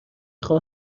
خوام